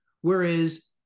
whereas